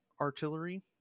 artillery